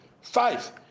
Five